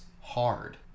hard